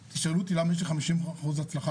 תשאלו אותי למה יש לי 50% הצלחה.